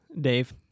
Dave